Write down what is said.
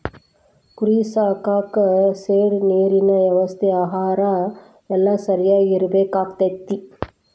ಕುರಿ ಸಾಕಾಕ ಶೆಡ್ ನೇರಿನ ವ್ಯವಸ್ಥೆ ಆಹಾರಾ ಎಲ್ಲಾ ಸರಿಯಾಗಿ ಇರಬೇಕಕ್ಕತಿ